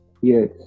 Yes